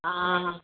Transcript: ஆ